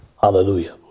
Hallelujah